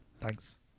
Thanks